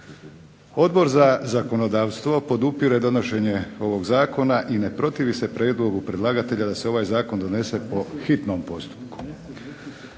Odbor za zakonodavstvo podupire donošenje ovog zakona i ne protivi se prijedlogu predlagatelja da se ovaj zakon donese po hitnom postupku.